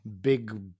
big